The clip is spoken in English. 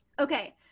Okay